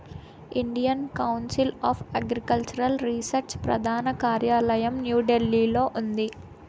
Indian Council of Agricultural Research ప్రధాన కార్యాలయం న్యూఢిల్లీలో ఉంది